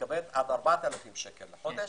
מקבלת עד 4,000 שקל לחודש,